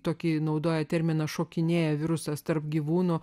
tokie naudoja terminą šokinėja virusas tarp gyvūno